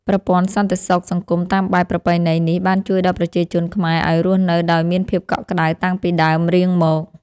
ប្រព័ន្ធសន្តិសុខសង្គមតាមបែបប្រពៃណីនេះបានជួយដល់ប្រជាជនខ្មែរឱ្យរស់នៅដោយមានភាពកក់ក្តៅតាំងពីដើមរៀងមក។